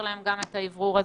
ולאפשר להם גם את האוורור הזה.